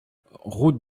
route